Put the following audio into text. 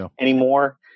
anymore